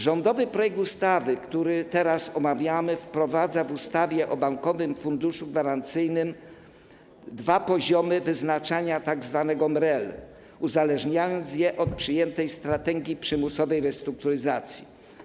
Rządowy projekt ustawy, który teraz omawiamy, wprowadza w ustawie o Bankowym Funduszu Gwarancyjnym dwa poziomy wyznaczania tzw. MREL, uzależniając je od przyjętej strategii przymusowej restrukturyzacji.